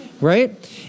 right